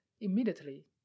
immediately